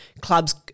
clubs